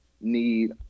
need